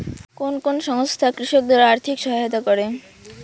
কোন কোন সংস্থা কৃষকদের আর্থিক সহায়তা করে?